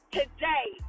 today